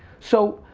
so.